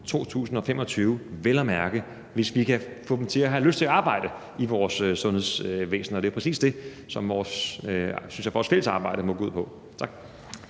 2025, vel at mærke hvis vi kan få dem til at have lyst til at arbejde i vores sundhedsvæsen, og det er jo præcis det, som jeg synes vores fælles arbejde må gå ud på. Tak.